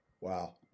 Wow